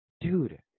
Dude